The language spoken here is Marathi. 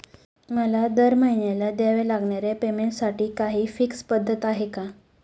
मला दरमहिन्याला द्यावे लागणाऱ्या पेमेंटसाठी काही फिक्स पद्धत आहे का?